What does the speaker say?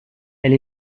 elle